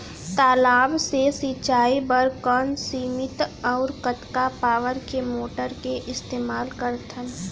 तालाब से सिंचाई बर कोन सीमित अऊ कतका पावर के मोटर के इस्तेमाल करथन?